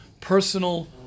personal